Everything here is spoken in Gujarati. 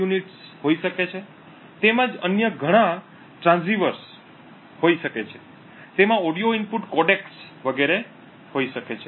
એકમો હોઈ શકે છે તેમજ અન્ય ઘણા ટ્રાંસીવર્સ હોઈ શકે છે તેમાં ઓડિઓ ઇનપુટ કોડેક્સ વગેરે હોઈ શકે છે